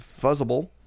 Fuzzable